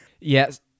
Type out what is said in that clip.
Yes